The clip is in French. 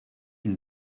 une